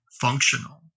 functional